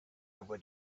would